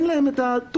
אין להם טוש.